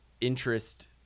interest –